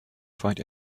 find